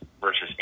versus